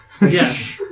Yes